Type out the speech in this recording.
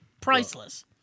priceless